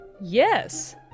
yes